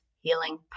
Healing